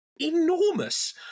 enormous